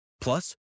Plus